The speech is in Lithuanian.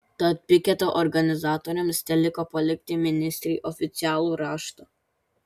tad piketo organizatoriams teliko palikti ministrei oficialų raštą